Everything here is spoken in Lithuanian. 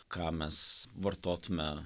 ką mes vartotume